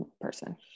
person